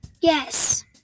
Yes